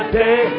day